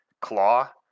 claw